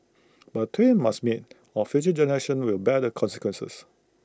but twain must meet or future generations will bear the consequences